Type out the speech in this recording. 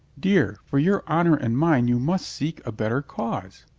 dear, for your honor and mine you must seek a better cause.